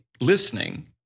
listening